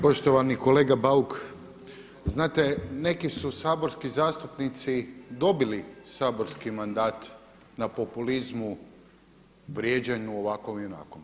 Poštovani kolega Bauk, znate neki su saborski zastupnici dobili saborski mandat na populizmu, vrijeđanju ovakvom i onakvom.